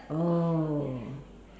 oh